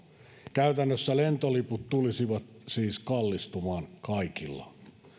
käytännössä lentoliput tulisivat siis kallistumaan kaikilla